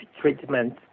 treatment